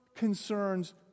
concerns